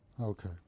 Okay